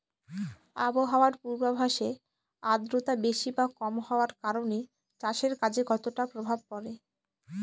আবহাওয়ার পূর্বাভাসে আর্দ্রতা বেশি বা কম হওয়ার কারণে চাষের কাজে কতটা প্রভাব পড়ে?